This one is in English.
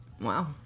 Wow